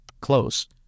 Close